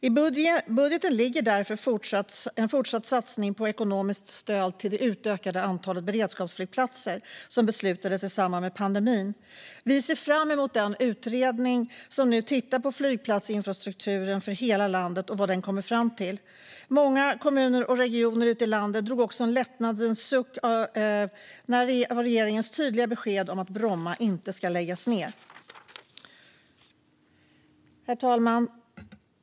I budgeten ligger därför en fortsatt satsning på ekonomiskt stöd till det utökade antal beredskapsflygplatser som beslutades i samband med pandemin. Vi ser fram emot vad den utredning som nu tittar på flygplatsinfrastrukturen för hela landet kommer fram till. Många kommuner och regioner ute i landet drog också en lättnadens suck efter regeringens tydliga besked att Bromma inte ska läggas ned. Herr talman!